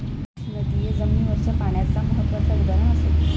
नदिये जमिनीवरच्या पाण्याचा महत्त्वाचा उदाहरण असत